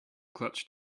clutch